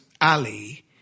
Ali